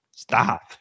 Stop